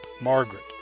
Margaret